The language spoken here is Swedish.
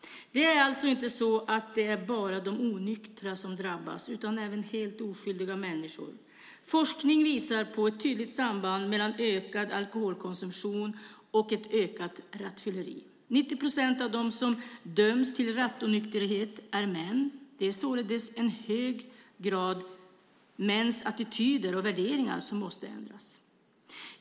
Det är alltså inte så att det bara är de onyktra som drabbas, utan det är även helt oskyldiga människor. Forskning visar på ett tydligt samband mellan ökad alkoholkonsumtion och ett ökat rattfylleri. 90 procent av dem som döms för rattonykterhet är män. Det är således i hög grad mäns attityder och värderingar som måste ändras.